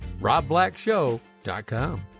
robblackshow.com